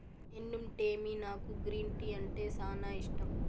ఎన్నుంటేమి నాకు green tea అంటే సానా ఇష్టం